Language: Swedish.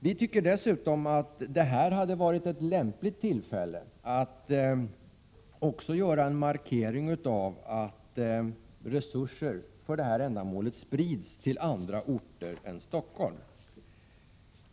Vi tycker dessutom att det hade varit ett lämpligt tillfälle att göra en markering av att resurser för detta ändamål sprids till andra orter än Stockholm.